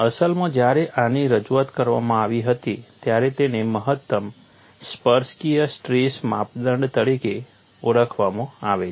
અસલમાં જ્યારે આની રજૂઆત કરવામાં આવી હતી ત્યારે તેને મહત્તમ સ્પર્શકીય સ્ટ્રેસ માપદંડ તરીકે ઓળખવામાં આવે છે